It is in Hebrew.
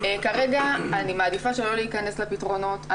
כרגע אני מעדיפה שלא להיכנס לפתרונות.